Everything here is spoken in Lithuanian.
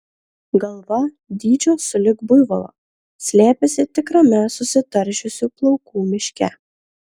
galva dydžio sulig buivolo slėpėsi tikrame susitaršiusių plaukų miške